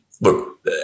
Look